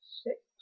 six